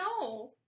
no